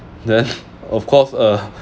then of course uh